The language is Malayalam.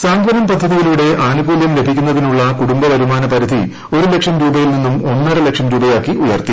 സാന്ത്വനം പദ്ധതിയിലൂടെ ആനുകൂല്യം ലഭിക്കുന്നതിനുള്ള കുടുംബവരുമാന പരിധി ഒരു ലക്ഷം രൂപയിൽ നിന്ന് ഒന്നര ലക്ഷം രൂപയാക്കി ഉയർത്തി